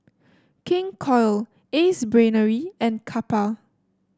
King Koil Ace Brainery and Kappa